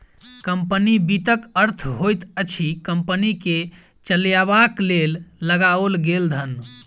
company वित्तक अर्थ होइत अछि कम्पनी के चलयबाक लेल लगाओल गेल धन